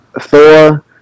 Thor